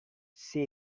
see